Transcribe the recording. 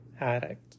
addict